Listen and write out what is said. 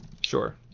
Sure